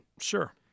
Sure